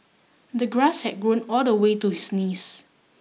the grass had grown all the way to his knees